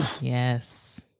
Yes